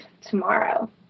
tomorrow